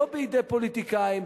לא בידי פוליטיקאים,